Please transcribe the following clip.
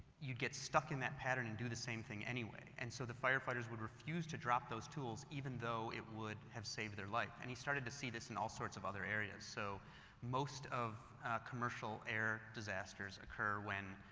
you get stuck in that pattern and do the same thing anyway. and so firefighters would refuse to drop those tools, even though it would have saved their life. and he started to see this in all sorts of other areas. so most of commercial air disasters occur when